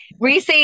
Reese